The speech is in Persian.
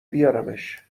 بیارمش